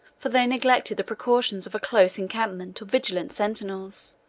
for they neglected the precautions of a close encampment or vigilant sentinels.